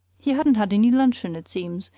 he hadn't had any luncheon, it seems,